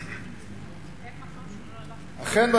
אכן,